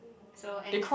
so and